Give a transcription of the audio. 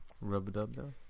Rub-a-dub-dub